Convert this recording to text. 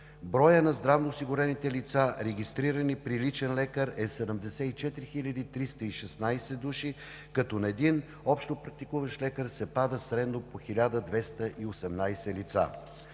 броят на здравноосигурените лица, регистрирани при личен лекар, е 74 316 души, като на един общопрактикуващ лекар се пада средно по 1218 лица.